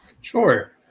Sure